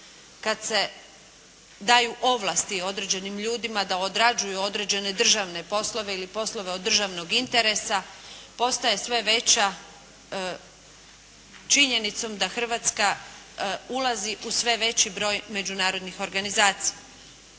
kad se daju ovlasti određenim ljudima da odrađuju određene državne poslove ili poslove od državnog interesa postaje sve veća činjenicom da Hrvatska ulazi u sve veći broj međunarodnih organizacija